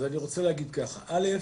אז אני רוצה להגיד כך, א.